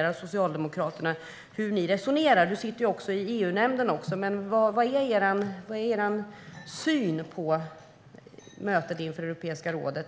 inom Socialdemokraterna, Marie Granlund. Du sitter också i EU-nämnden. Vilken är er syn på mötet i Europeiska rådet?